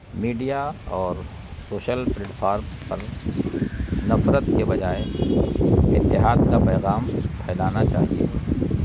media اور social platform پر نفرت کے بجائے اتحاد کا پیغام پھیلانا چاہیے